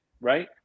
right